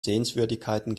sehenswürdigkeiten